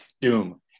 Doom